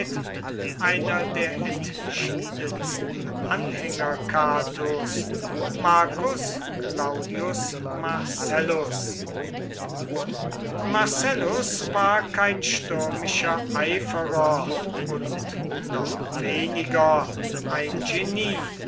einer der entschiedensten anhänger catos marcus claudius marcellus marcellus war kein stürmischer eiferer und noch weniger ein genie